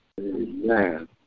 Amen